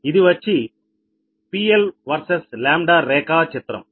ఇది వచ్చి PL vs λ రేఖా చిత్రం